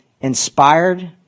Inspired